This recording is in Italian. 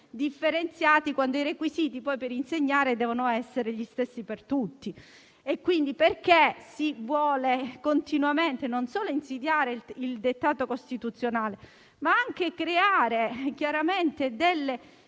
differenziati quando i requisiti per insegnare devono essere gli stessi? Perché si vuole continuamente non solo insidiare il dettato costituzionale, ma anche creare delle